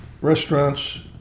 restaurants